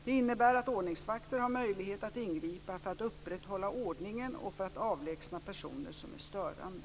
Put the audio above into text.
Det innebär att ordningsvakter har möjlighet att ingripa för att upprätthålla ordningen och för att avlägsna personer som är störande.